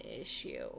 issue